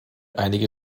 einige